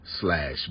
slash